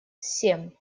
семь